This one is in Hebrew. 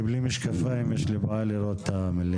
אני בלי משקפיים, יש לי בעיה לראות את המילים.